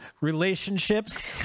relationships